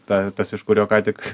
ta tas iš kurio ką tik